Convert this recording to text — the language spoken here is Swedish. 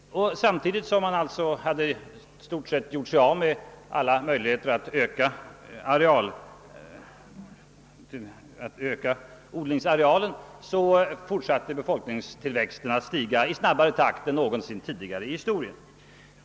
Samtidigt som man alltså inte längre hade några möjligheter att öka odlingsarealen, fortsatte befolkningstillväxten i snabbare takt än tidigare i historien.